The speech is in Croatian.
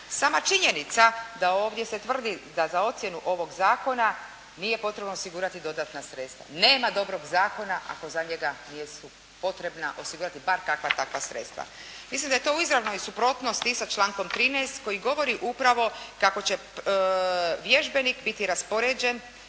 Sama činjenica da ovdje se tvrdi, da za ocjenu ovog zakona nije potrebno osigurati dodatna sredstva. Nema dobrog zakona ako za njega nisu potreba osigurati bar kakva takva sredstva. Mislim da je to u izravnoj suprotnosti i sa člankom 13. koji govori upravo kako će vježbenik biti raspoređen